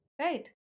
Right